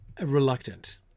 reluctant